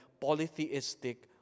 polytheistic